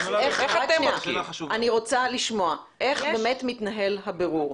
אני רוצה לשמוע, איך באמת מתנהל הבירור?